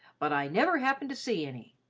but i never happened to see any.